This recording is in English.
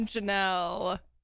Janelle